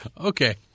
Okay